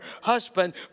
husband